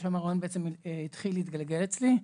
ושם הרעיון בעצם התחיל להתגלגל אצלי.